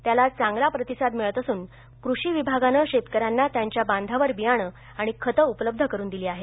त्याला चांगला प्रतिसाद मिळत असुन कृषी विभागानं शेतक यांना त्यांच्या बांधावर बियाणे आणि खतं उपलब्ध करून दिली आहेत